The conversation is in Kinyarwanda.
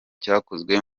cyakozwe